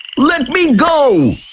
let me go.